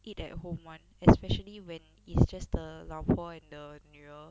eat at home [one] especially when it's just the 老婆 and the 女儿